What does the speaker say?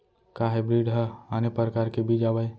का हाइब्रिड हा आने परकार के बीज आवय?